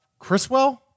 chriswell